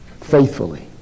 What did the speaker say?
faithfully